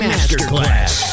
Masterclass